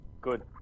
good